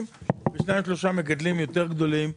ועוד שניים-שלושה מגדלים יותר גדולים,